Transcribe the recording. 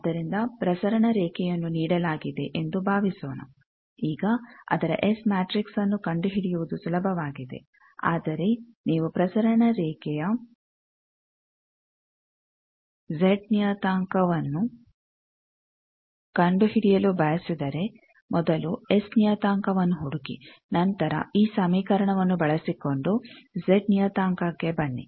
ಆದ್ದರಿಂದ ಪ್ರಸರಣ ರೇಖೆಯನ್ನು ನೀಡಲಾಗಿದೆ ಎಂದು ಭಾವಿಸೋಣ ಈಗ ಅದರ ಎಸ್ ಮ್ಯಾಟ್ರಿಕ್ಸ್ನ್ನು ಕಂಡುಹಿಡಿಯುವುದು ಸುಲಭವಾಗಿದೆ ಆದರೆ ನೀವು ಪ್ರಸರಣ ರೇಖೆಯ ಜೆಡ್ ನಿಯತಾಂಕವನ್ನು ಕಂಡುಹಿಡಿಯಲು ಬಯಸಿದರೆ ಮೊದಲು ಎಸ್ ನಿಯತಾಂಕವನ್ನು ಹುಡುಕಿ ನಂತರ ಈ ಸಮೀಕರಣವನ್ನು ಬಳಸಿಕೊಂಡು ಜೆಡ್ ನಿಯತಾಂಕಕ್ಕೆ ಬನ್ನಿ